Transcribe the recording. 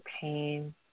pain